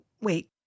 wait